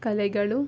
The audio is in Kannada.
ಕಲೆಗಳು